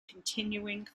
continuing